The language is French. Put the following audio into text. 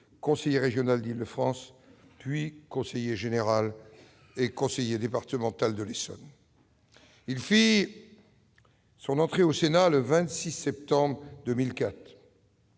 conseiller régional d'Île-de-France, conseiller général puis conseiller départemental de l'Essonne. Il fit son entrée au Sénat le 26 septembre 2004.